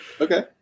Okay